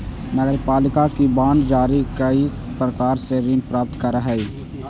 नगरपालिका भी बांड जारी कईक प्रकार से ऋण प्राप्त करऽ हई